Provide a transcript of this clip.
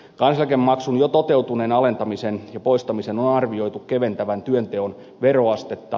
kansaneläkemaksun jo toteutuneen alentamisen ja poistamisen on arvioitu keventävän työnteon veroastetta